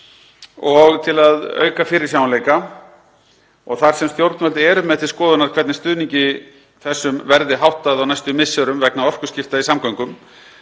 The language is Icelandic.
og til að auka fyrirsjáanleika, og í ljósi þess að stjórnvöld eru með til skoðunar hvernig stuðningi þeirra verði háttað á næstu misserum vegna orkuskipta í samgöngum